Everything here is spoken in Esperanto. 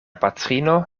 patrino